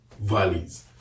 valleys